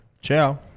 Ciao